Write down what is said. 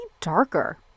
darker